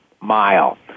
mile